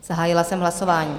Zahájila jsem hlasování.